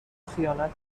خیانت